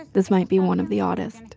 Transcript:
this might be one of the oddest.